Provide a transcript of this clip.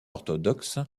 orthodoxe